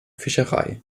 fischerei